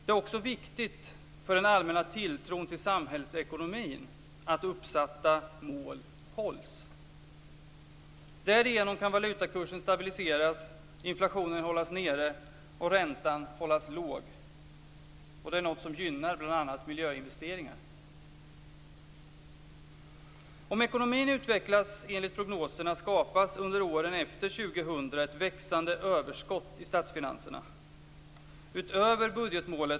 Det är också viktigt för den allmänna tilltron till samhällsekonomin att uppsatta mål hålls. Därigenom kan valutakursen stabiliseras, inflationen hållas nere och räntan hållas låg, och det är något som gynnar bl.a. miljöinvesteringar.